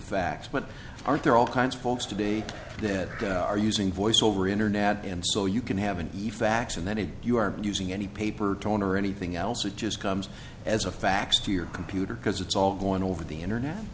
facts but aren't there all kinds of folks to be that are using voice over internet and so you can have an effect on that if you are using any paper torn or anything else it just comes as a fax to your computer because it's all going over the internet